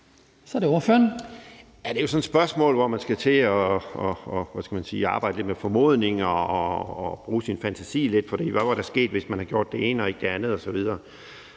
Henrik Frandsen (M): Det er jo sådan et spørgsmål, hvor man skal til at arbejde lidt med formodninger og bruge sin fantasi lidt, for hvad var der sket, hvis man havde gjort det ene og ikke det andet, osv.?